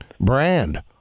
brand